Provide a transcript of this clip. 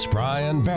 Brian